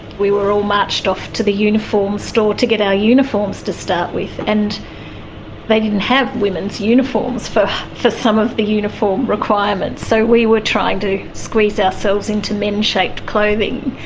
we were all marched off to the uniforms store to get our uniforms to start with and they didn't have women's uniforms for for some of the uniform requirements. so, we were trying to squeeze ourselves into men-shaped clothing.